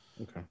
Okay